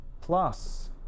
Plus